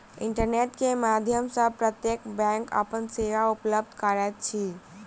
internet के माध्यम सॅ प्रत्यक्ष बैंक अपन सेवा उपलब्ध करैत अछि